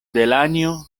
delanjo